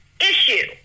issue